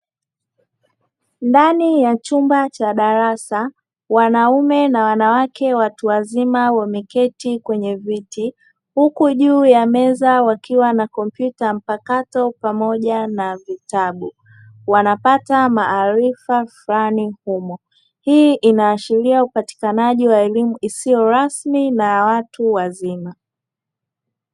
Ndani ya chumba cha darasa, wanaume na wanawake watu wazima wameketi kwenye viti huku juu ya meza wakiwa na kompyuta mpakato pamoja na vitabu wanapata maarifa fulani humo. Hii inaashiria upatikanaji wa elimu isiyo rasmi na ya watu wazima.